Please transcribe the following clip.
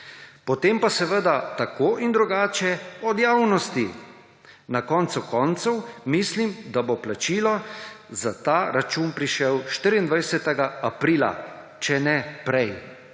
potem pa seveda tako in drugače od javnosti. Na koncu koncev mislim, da bo plačilo za ta račun prišel 24. aprila, če ne prej.«